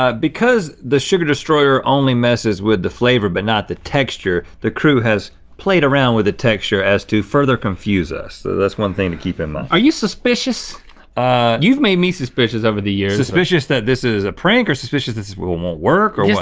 ah because the sugar destroyer only messes with the flavor but not the texture, the crew has played around with the texture as to further confuse us, so that's one thing to keep in mind. are you suspicious? ah you've made me suspicious over the years. suspicious that this is a prank, or suspicious this won't work, or what?